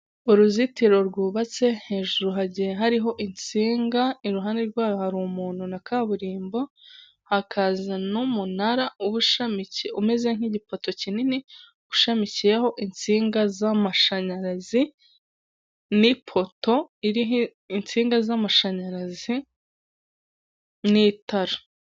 Umuhanda urimo imodoka y'ubururu itwaye amabati hari umuntu uri kuri yo modoka itwaye ibati hari moto itwaye umugenzi ndetse kuruhande rwe hepfo har' umusore ufite ikote ku rutugu ndetse hari nundi mugenzi uri kugenda muruhande rumwe n'imodoka inyuma ye hari igare hepfo hari ahantu bubatse hameze nk'ahantu bari kubaka hari ibiti by'icyatsi.